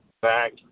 back